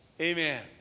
Amen